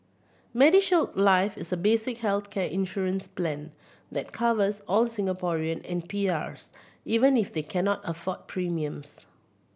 MediShield Life is a basic healthcare insurance plan that covers all Singaporeans and PRs even if they cannot afford premiums